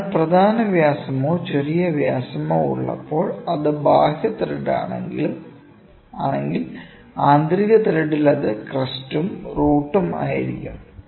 അതിനാൽ പ്രധാന വ്യാസമോ ചെറിയ വ്യാസമോ ഉള്ളപ്പോൾ അത് ബാഹ്യ ത്രെഡാണെങ്കിൽ ആന്തരിക ത്രെഡിൽ അത് ക്രെസ്റ്റും റൂട്ടും ആയിരിക്കും